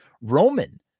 roman